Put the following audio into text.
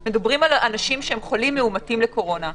אנחנו מדברים על אנשים שהם חולים מאומתים לקורונה.